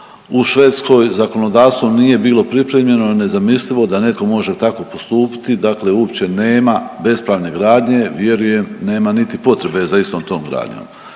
u Švedskoj zakonodavstvo nije bilo pripremljeno i nezamislivo da netko može tako postupiti, dakle uopće nema bespravne gradnje, vjerujem nema niti potrebe za istom tog gradnjom.